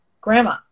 grandma